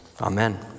Amen